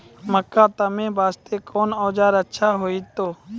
मक्का तामे वास्ते कोंन औजार अच्छा होइतै?